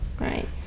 Right